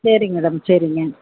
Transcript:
சரிங்க மேடம் சரிங்க